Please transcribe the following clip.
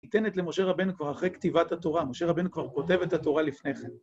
ניתנת למשה רבינו כבר אחרי כתיבת התורה, משה רבינו כבר כותב את התורה לפניכם.